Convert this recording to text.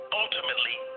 ultimately